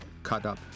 cut-up